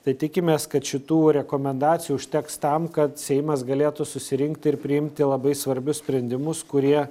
tai tikimės kad šitų rekomendacijų užteks tam kad seimas galėtų susirinkti ir priimti labai svarbius sprendimus kurie